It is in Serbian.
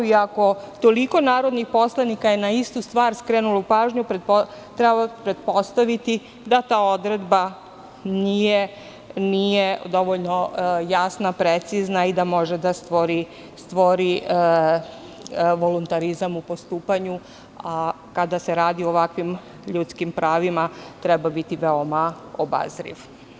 Ako je toliko narodnih poslanika na istu stvar skrenulo pažnju, treba pretpostaviti da ta odredba nije dovoljno jasna, precizna i da može da stvori voluntarizam u postupanju, a kada se radi o ovakvim ljudskim pravima treba biti veoma obazriv.